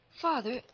Father